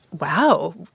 Wow